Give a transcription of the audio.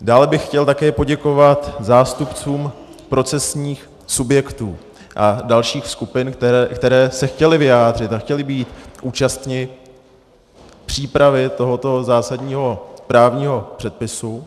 Dále bych chtěl také poděkovat zástupcům procesních subjektů a dalších skupin, které se chtěly vyjádřit a chtěly být účastny přípravy tohoto zásadního právního předpisu.